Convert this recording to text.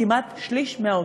כמעט שליש מההוצאה.